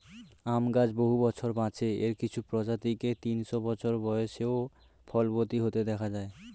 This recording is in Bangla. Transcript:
আম গাছ বহু বছর বাঁচে, এর কিছু প্রজাতিকে তিনশো বছর বয়সেও ফলবতী হতে দেখা যায়